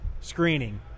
screening